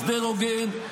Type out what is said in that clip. הסדר הוגן,